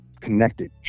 connected